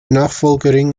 nachfolgerin